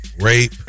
rape